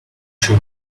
show